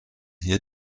hier